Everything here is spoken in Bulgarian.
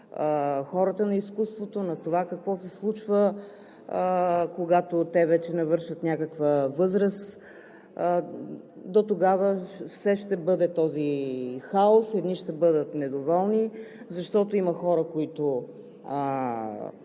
на хората на изкуството, на това какво се случва, когато те вече навършат някаква възраст, дотогава все ще бъде този хаос – едни ще бъдат недоволни, защото има хора, които